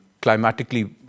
climatically